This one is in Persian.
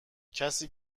کسی